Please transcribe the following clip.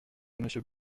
monsieur